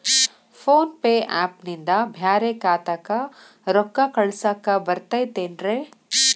Phone pay app ನಿಂದ ಬ್ಯಾರೆ ಖಾತೆಕ್ ರೊಕ್ಕಾ ಕಳಸಾಕ್ ಬರತೈತೇನ್ರೇ?